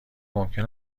ممکن